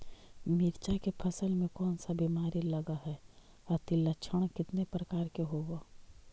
मीरचा के फसल मे कोन सा बीमारी लगहय, अती लक्षण कितने प्रकार के होब?